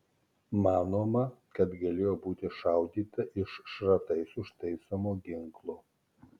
manoma kad galėjo būti šaudyta iš šratais užtaisomo ginklo